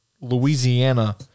Louisiana